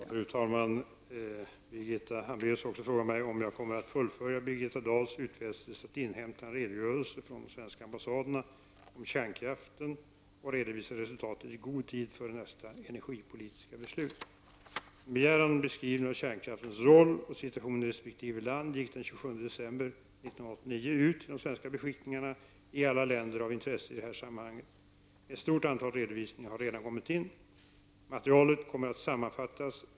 Fru talman! Birgitta Hambraeus har frågat mig om jag kommer att fullfölja Birgitta Dahls utfästelse att inhämta en redogörelse från de svenska ambassaderna om kärnkraften och redovisa resultatet i god tid före nästa energipolitiska beslut. En begäran om beskrivning av kärnkraftens roll och situation i resp. land gick den 27 december 1989 ut till de svenska beskickningarna i alla länder av intresse i detta sammanhang. Ett stort antal redovisningar har redan kommit in. Materialet kommer att sammanfattas.